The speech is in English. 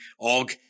Og